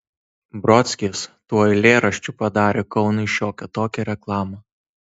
brodskis tuo eilėraščiu padarė kaunui šiokią tokią reklamą